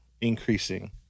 increasing